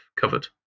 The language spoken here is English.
covered